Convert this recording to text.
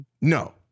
No